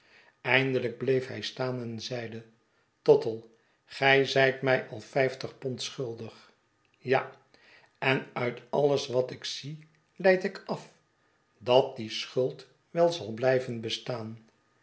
eindelijk bleef hij staan en zeide tottle gij zijt mij al vijftigpondschuldig ja en uit alles wat ik zie leid ik af dat die schuld wel zal blijven bestaan